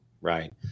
Right